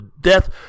death